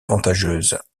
avantageuse